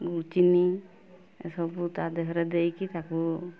ଚିନି ଏସବୁ ତାଦେହରେ ଦେଇକି ତାକୁ